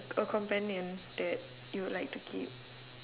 a companion that you would like to keep